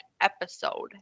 episode